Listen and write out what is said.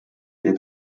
der